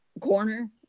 corner